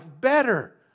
better